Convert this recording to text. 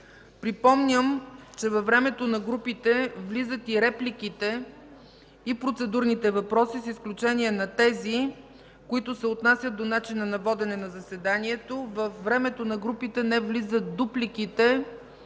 Припомням, че във времето на групите влизат репликите и процедурните въпроси, с изключение на тези, които се отнасят до начина на водене на заседанието. Във времето на групите не влизат дупликите